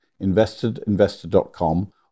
investedinvestor.com